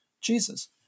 Jesus